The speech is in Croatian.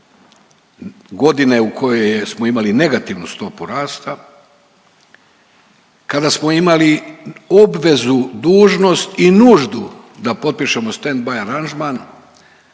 godine u kojoj smo imali negativnu stopu rasta, kada smo imali obvezu, dužnost i nuždu da potpišemo standby aranžman